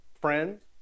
friends